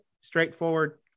straightforward